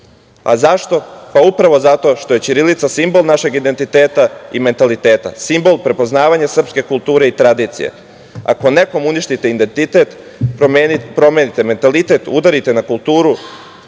a zašto? Upravo zato što je ćirilica simbol našeg identiteta i mentaliteta. Simbol prepoznavanja srpske kulture i tradicije. Ako nekom uništite identitet, promenite mentalitet, udarite na kulturu